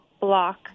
block